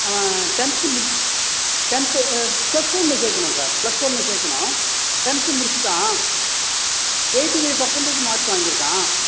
அவன் டென்த்து முடிச்சு tenth plus ஒன்று சேர்க்கணும் சார் பிளஸ் ஒன்று சேர்க்கணும் டென்த்து முடிச்சுட்டான் எய்ட்டி ஃபைவ் பர்சன்டேஜு மார்க் வாங்கிருக்கான்